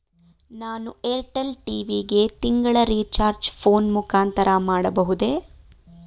ನಾನು Airtel TV ಗೆ ತಿಂಗಳ ರಿಚಾರ್ಜ್ ಫೋನ್ ಮುಖಾಂತರ ಮಾಡಬಹುದೇ?